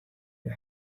you